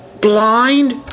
blind